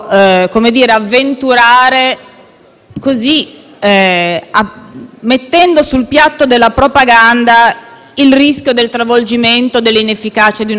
mettendo sul piatto della propaganda il rischio del travolgimento e dell'inefficacia di una normativa.